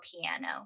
piano